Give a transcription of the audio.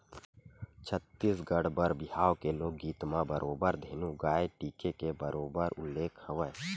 छत्तीसगढ़ी बर बिहाव के लोकगीत म बरोबर धेनु गाय टीके के बरोबर उल्लेख हवय